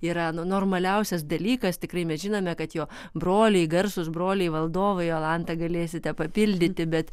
yra nu normaliausias dalykas tikrai mes žinome kad jo broliai garsūs broliai valdovai jolanta galėsite papildyti bet